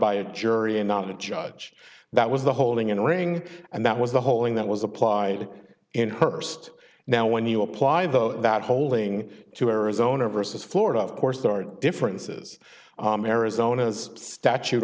by a jury and not the judge that was the holding in the ring and that was the whole thing that was applied in her first now when you apply those that holding to arizona versus florida of course there are differences arizona's statute